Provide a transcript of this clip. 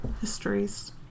histories